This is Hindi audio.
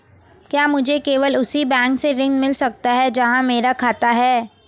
क्या मुझे केवल उसी बैंक से ऋण मिल सकता है जहां मेरा खाता है?